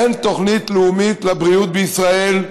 אין תוכנית לאומית לבריאות בישראל,